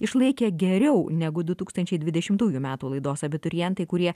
išlaikė geriau negu du tūkstančiai dvidešimtųjų metų laidos abiturientai kurie